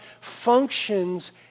functions